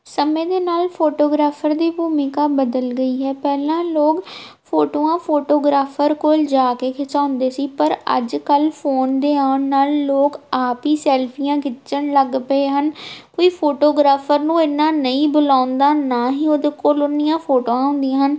ਸਮੇਂ ਦੇ ਨਾਲ ਫੋਟੋਗ੍ਰਾਫਰ ਦੀ ਭੂਮਿਕਾ ਬਦਲ ਗਈ ਹੈ ਪਹਿਲਾਂ ਲੋਕ ਫੋਟੋਆਂ ਫੋਟੋਗ੍ਰਾਫਰ ਕੋਲ ਜਾ ਕੇ ਖਿਚਵਾਉਂਦੇ ਸੀ ਪਰ ਅੱਜ ਕੱਲ੍ਹ ਫੋਨ ਦੇ ਆਉਣ ਨਾਲ ਲੋਕ ਆਪ ਹੀ ਸੈਲਫੀਆਂ ਖਿੱਚਣ ਲੱਗ ਪਏ ਹਨ ਕੋਈ ਫੋਟੋਗ੍ਰਾਫਰ ਨੂੰ ਇੰਨਾ ਨਹੀਂ ਬੁਲਾਉਂਦਾ ਨਾ ਹੀ ਉਹਦੇ ਕੋਲ ਉੰਨੀਆਂ ਫੋਟੋਆਂ ਹੁੰਦੀਆਂ ਹਨ